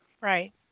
Right